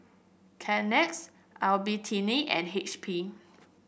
Kleenex Albertini and H P